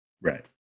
Right